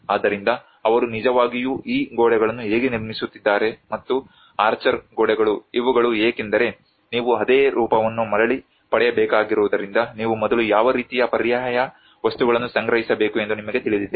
ಆದ್ದರಿಂದ ಅವರು ನಿಜವಾಗಿಯೂ ಈ ಗೋಡೆಗಳನ್ನು ಹೇಗೆ ನಿರ್ಮಿಸುತ್ತಿದ್ದಾರೆ ಮತ್ತು ಆರ್ಚರ್ ಗೋಡೆಗಳು ಇವುಗಳು ಏಕೆಂದರೆ ನೀವು ಅದೇ ರೂಪವನ್ನು ಮರಳಿ ಪಡೆಯಬೇಕಾಗಿರುವುದರಿಂದ ನೀವು ಮೊದಲು ಯಾವ ರೀತಿಯ ಪರ್ಯಾಯ ವಸ್ತುಗಳನ್ನು ಸಂಗ್ರಹಿಸಬೇಕು ಎಂದು ನಿಮಗೆ ತಿಳಿದಿದೆ